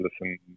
listen